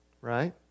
right